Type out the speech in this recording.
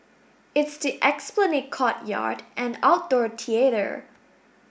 it's the Esplanade courtyard and outdoor